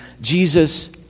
Jesus